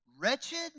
Wretched